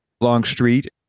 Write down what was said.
Longstreet